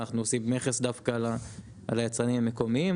אנחנו עושים מכס דווקא על היצרנים המקומיים.